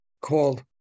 called